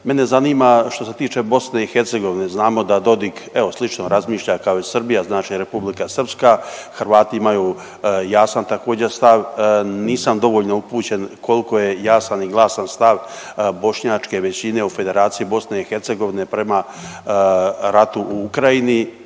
Mene zanima što se tiče BiH znamo da Dodik, evo slično razmišlja kao i Srbija znači Republika Srpska, Hrvati imaju jasan također stav, nisam dovoljno upućen koliko je jasan i glasan stav bošnjačke većine u Federaciji BiH prema ratu u Ukrajini.